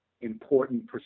important